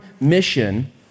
mission